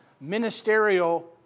ministerial